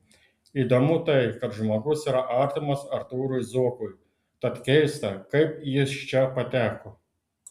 įdomu tai kad žmogus yra artimas artūrui zuokui tad keista kaip jis čia pateko